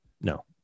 no